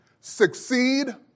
succeed